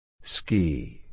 Ski